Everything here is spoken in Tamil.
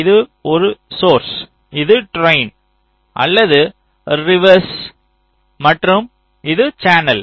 இது சோர்ஸ் இது ட்ரைன் அல்லது ரிவெர்ஸ் மற்றும் இது சேனல்